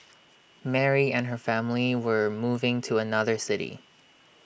Mary and her family were moving to another city